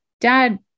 dad